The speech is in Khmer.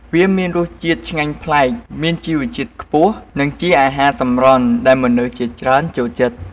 វាមានរសជាតិឆ្ងាញ់ប្លែក មានជីវជាតិខ្ពស់ និងជាអាហារសម្រន់ដែលមនុស្សជាច្រើនចូលចិត្ត។